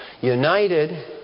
united